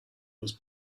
was